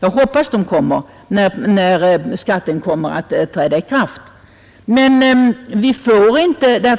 Jag hoppas att de kommer när skattereformen skall träda i kraft. Vi får inte